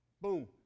boom